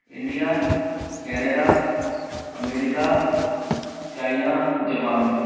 India Canada America China Japan